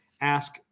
ask